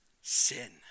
sin